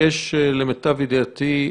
למיטב ידיעתי,